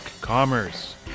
Commerce